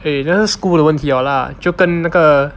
eh 那是 school 的问题 liao lah 就跟那个